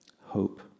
hope